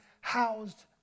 housed